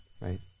right